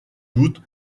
doute